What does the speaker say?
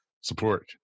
support